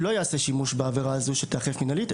לא ייעשה שימוש בעבירה הזו שתיאכף מינהלית,